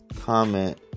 comment